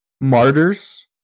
Martyrs